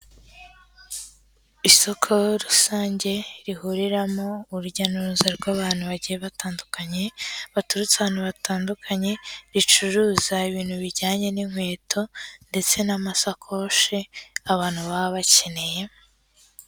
Isoko rusange rihuriramo urujya n'uruza rw'abantu bagiye batandukanye, baturutse ahantu hatandukanye, ricuruza ibintu bijyanye n'inkweto ndetse n'amasakoshi abantu baba bakeneye...